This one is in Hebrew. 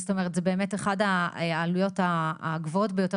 זאת אומרת זה באמת אחד העלויות הגבוהות ביותר